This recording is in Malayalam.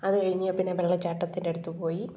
അതു കഴിഞ്ഞ് പിന്നെ വെള്ളച്ചാട്ടത്തിൻ്റെ അടുത്ത് പോയി